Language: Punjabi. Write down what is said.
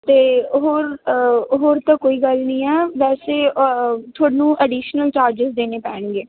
ਅਤੇ ਹੋਰ ਹੋਰ ਤਾਂ ਕੋਈ ਗੱਲ ਨਹੀਂ ਆ ਵੈਸੇ ਤੁਹਾਨੂੰ ਅਡੀਸ਼ਨਲ ਚਾਰਜਸ ਦੇਣੇ ਪੈਣਗੇ